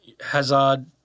Hazard